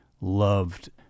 loved